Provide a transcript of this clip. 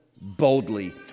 boldly